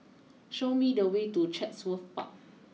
show me the way to Chatsworth Park